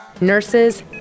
nurses